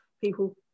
people